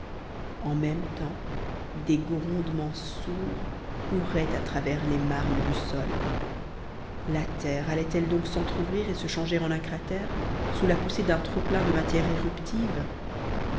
en même temps des grondements sourds couraient à travers les marnes du sol la terre allait-elle donc s'entr'ouvrir et se changer en un cratère sous la poussée d'un trop-plein de matières éruptives